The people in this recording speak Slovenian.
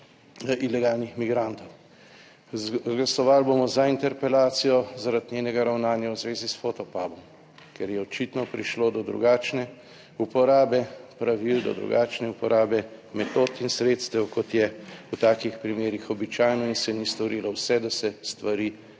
ilegalnih migrantov. Glasovali bomo za interpelacijo zaradi njenega ravnanja v zvezi s Fotopubm, ker je očitno prišlo do drugačne uporabe pravil, do drugačne uporabe metod in sredstev, kot je v takih primerih običajno in se ni storilo vse, da se stvari